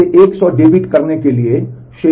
इसे 100 डेबिट करने के लिए शेष सेट करना है